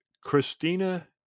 Christina